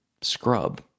scrub